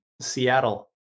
Seattle